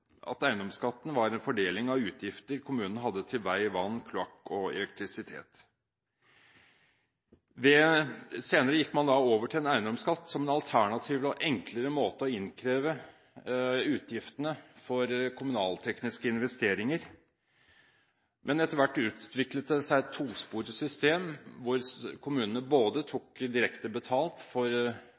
eiendomsskatten var en fordeling av utgifter kommunen hadde til vei, vann, kloakk og elektrisitet. Senere gikk man over til eiendomsskatt som en alternativ og enklere måte å innkreve utgiftene for kommunaltekniske investeringer på, men etter hvert utviklet det seg et tosporet system hvor kommunene både tok direkte betalt for